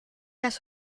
has